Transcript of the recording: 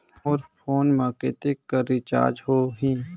मोर phone मा कतेक कर रिचार्ज हो ही?